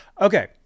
Okay